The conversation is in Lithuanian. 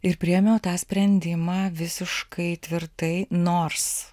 ir priėmiau tą sprendimą visiškai tvirtai nors